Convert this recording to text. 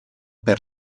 per